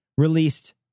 Released